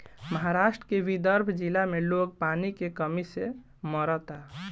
महाराष्ट्र के विदर्भ जिला में लोग पानी के कमी से मरता